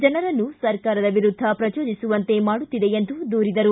ಜನರನ್ನು ಸರ್ಕಾರದ ವಿರುದ್ಧ ಪ್ರಚೋದಿಸುವಂತೆ ಮಾಡುತ್ತಿದೆ ಎಂದು ದೂರಿದರು